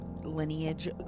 lineage